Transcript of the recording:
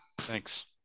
thanks